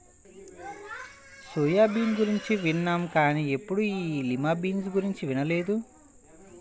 soya bean గురించి విన్నాం కానీ ఎప్పుడూ ఈ లిమా బీన్స్ గురించి వినలేదు